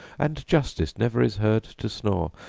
and justice never is heard to snore,